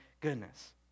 goodness